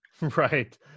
Right